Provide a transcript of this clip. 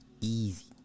easy